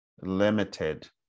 limited